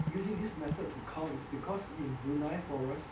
using this method to count is because in Brunei forest